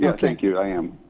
yeah thank you. i am.